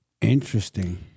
Interesting